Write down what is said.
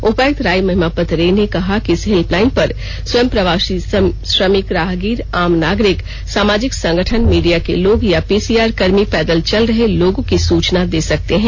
उपायुक्त राय महिमापत रे ने कहा कि इस हेल्पलाइन पर स्वयं प्रवासी श्रमिक राहगीर आम नागरिक सामाजिक संगठन मीडिया के लोग या पीसीआर कर्मी पैदल चल रहे लोगों की सूचना दे सकते हैं